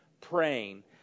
praying